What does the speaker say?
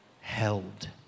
Held